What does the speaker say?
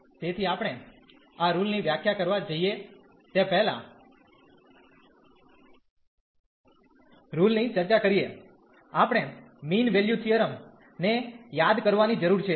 તેથી આપણે આ રુલની વ્યાખ્યા કરવા જઇએ તે પહેલાં રુલની ચર્ચા કરીએ આપણે મીન વેલ્યુ થીયરમ ને યાદ કરવાની જરૂર છે